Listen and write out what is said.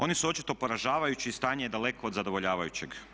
Oni su očito poražavajući i stanje je daleko od zadovoljavajućeg.